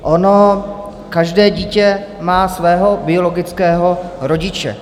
Ono každé dítě má svého biologického rodiče.